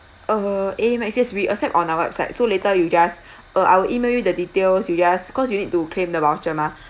uh Amex yes we accept on our website so later you just uh I'll email you the details you just cause you need to claim the voucher mah